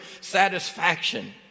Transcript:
satisfaction